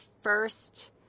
first